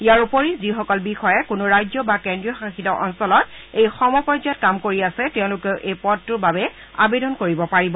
ইয়াৰ উপৰি যিসকল বিষয়াই কোনো ৰাজ্য বা কেন্দ্ৰীয় শাসিত অঞ্চলত এই সম পৰ্যায়ত কাম কৰি আছে তেওঁলোকেও এই পদটোৰ বাবে আবেদন কৰিব পাৰিব